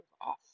off